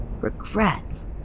Regret